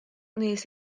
nes